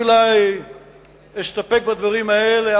אני אולי אסתפק בדברים האלה,